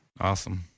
Awesome